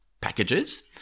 packages